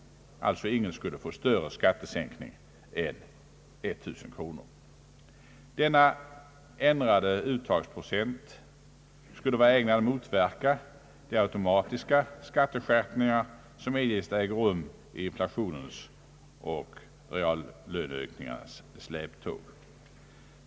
Ingen skulle alltså få en större skattesänkning än 1000 kronor. Denna ändrade uttagningsprocent skulle vara ägnad att motverka de automatiska skatteskärpningar som eljest äger rum i inflationens och reallöneökningarnas släptåg.